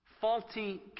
faulty